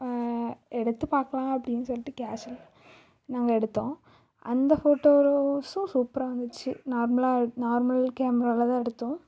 எடுத்து பார்க்கலாம் அப்படின்னு சொல்லிட்டு கேஷுவலாக நாங்கள் எடுத்தோம் அந்த ஃபோட்டோரோஸும் சூப்பராக வந்துச்சி நார்மலாக நார்மல் கேமராவில் தான் எடுத்தோம்